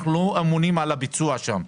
אנחנו לא אמונים על הביצוע שם.